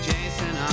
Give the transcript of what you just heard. Jason